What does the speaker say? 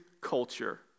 culture